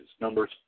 numbers